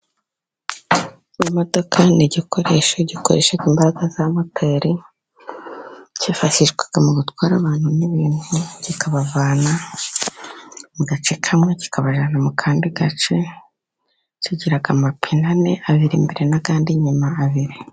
Imodoka ni igikoresho gikoresha imbaraga za moteri, cyifashishwa mu gutwara abantu n'ibintu, kikabavana mu gace kamwe kikabajyana mu kandi gace. Kigira amapine ane, abiri imbere nandi inyuma abiri.